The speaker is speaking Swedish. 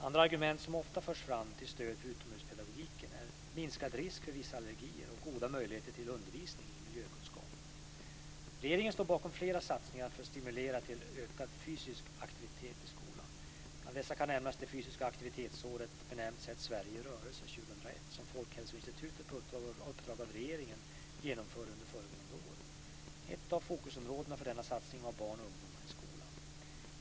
Andra argument som ofta förs fram till stöd för utomhuspedagogiken är minskad risk för vissa allergier och goda möjligheter till undervisning i miljökunskap. Regeringen står bakom flera satsningar för att stimulera till ökad fysisk aktivitet i skolan. Bland dessa kan nämnas det fysiska aktivitetsår, benämnt Sätt Sverige i rörelse 2001, som Folkhälsoinstitutet på uppdrag av regeringen genomförde under föregående år. Ett av fokusområdena för denna satsning var barn och ungdomar i skolan.